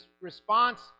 response